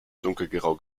dunkelgrau